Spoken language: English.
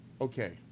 Okay